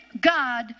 God